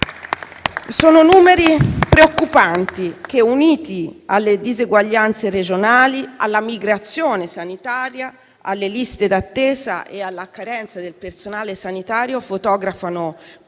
Sono numeri preoccupanti che, uniti alle diseguaglianze regionali, alla migrazione sanitaria, alle liste d'attesa e alla carenza del personale sanitario, fotografano quella